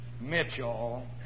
Mitchell